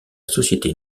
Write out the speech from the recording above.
société